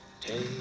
take